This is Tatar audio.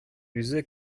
үзе